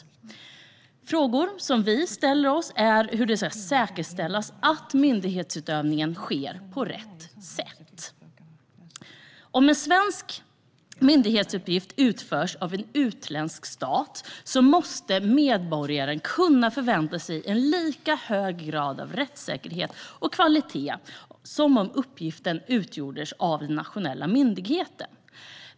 En fråga som vi ställer oss är hur det ska säkerställas att myndighetsutövningen sker på rätt sätt. Om en svensk myndighetsuppgift utförs av en utländsk stat måste medborgaren kunna förvänta sig lika hög grad av rättssäkerhet och kvalitet som om uppgiften utfördes av en nationell myndighet.